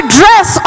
dress